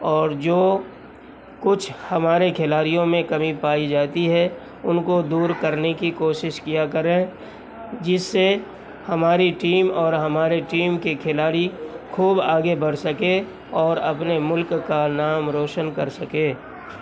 اور جو کچھ ہمارے کھلاڑیوں میں کمی پائی جاتی ہے ان کو دور کرنے کی کوشش کیا کریں جس سے ہماری ٹیم اور ہمارے ٹیم کے کھلاڑی خوب آگے بڑھ سکیں اور اپنے ملک کا نام روشن کر سکیں